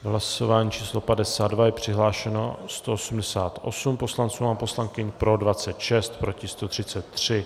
V hlasování číslo 52 je přihlášeno 188 poslanců a poslankyň, pro 26, proti 133.